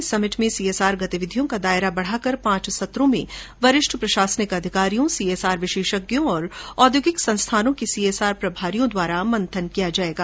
इस समिट में सीएसआर गतिविधियों का दायरा बढ़ाकर पांच सत्रों में वरिष्ठ प्रशासनिक अधिकारियों सीएसआर विशेषज्ञों और औद्योगिक संस्थानों के सीएसआर प्रभारियों द्वारा मंथन किया जाएगा